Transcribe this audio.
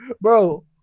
bro